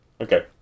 Okay